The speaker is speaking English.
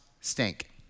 stink